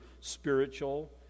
spiritual